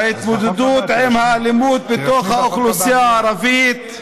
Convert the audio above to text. ההתמודדות עם האלימות בתוך האוכלוסייה הערבית,